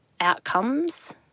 outcomes